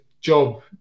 job